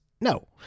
No